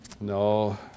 No